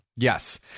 Yes